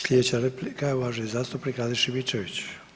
Slijedeća replika je uvaženi zastupnik Rade Šimičević.